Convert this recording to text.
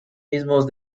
mismos